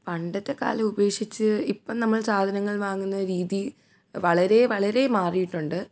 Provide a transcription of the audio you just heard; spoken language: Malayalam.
പണ്ടത്തെ കാലം അപേക്ഷിച്ച് ഇപ്പം നമ്മൾ സാധനങ്ങൾ വാങ്ങുന്ന രീതി വളരെ വളരെ മാറിയിട്ടുണ്ട്